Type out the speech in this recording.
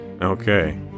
Okay